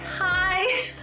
hi